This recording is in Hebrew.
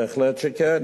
בהחלט כן.